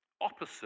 opposite